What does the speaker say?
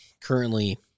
currently